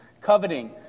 Coveting